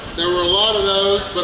there were a lot of those, but